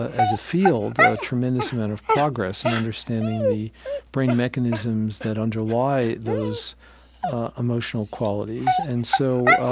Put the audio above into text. as a field, a tremendous amount of progress in understanding the brain mechanisms that underlie those emotional qualities and so